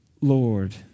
Lord